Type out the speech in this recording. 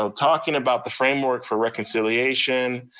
um talking about the framework for reconciliation,